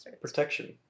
protection